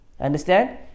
Understand